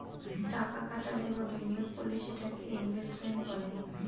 টাকা খাটালে বা বিনিয়োগ করলে সেটাকে ইনভেস্টমেন্ট বলে